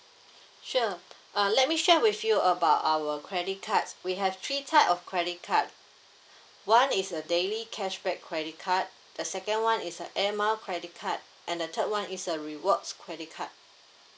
sure uh let me share with you about our credit cards we have three type of credit card one is a daily cashback credit card the second one is a air mile credit card and the third one is a rewards credit card